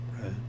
Right